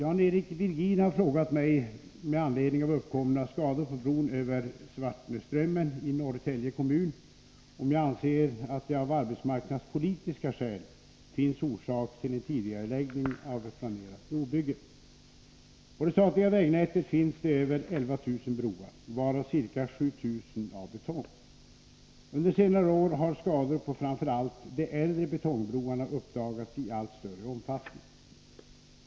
Herr talman! Jan-Eric Virgin har med anledning av uppkomna skador på bron över Svartnöströmmen i Norrtälje kommun frågat mig om jag anser att det av arbetsmarknadspolitiska skäl finns orsak till en tidigareläggning av planerat brobygge. På det statliga vägnätet finns det över 11000 broar, varav ca 7000 är av betong. Under senare år har skador på framför allt de äldre betongbroarna uppdagats i allt större omfattning.